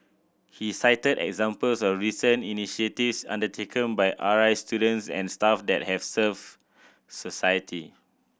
he cited examples of recent initiatives undertaken by R I students and staff that have served society